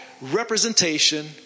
representation